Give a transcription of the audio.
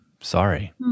Sorry